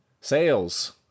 sales